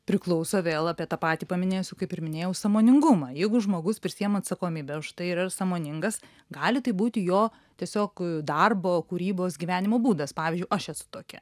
priklauso vėl apie tą patį paminėsiu kaip ir minėjau sąmoningumą jeigu žmogus prisiima atsakomybę už tai ir yra sąmoningas gali tai būti jo tiesiog darbo kūrybos gyvenimo būdas pavyzdžiui aš esu tokia